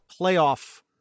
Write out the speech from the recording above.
playoff